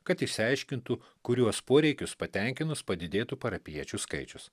kad išsiaiškintų kuriuos poreikius patenkinus padidėtų parapijiečių skaičius